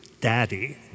Daddy